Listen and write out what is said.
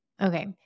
Okay